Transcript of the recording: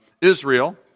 Israel